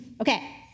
Okay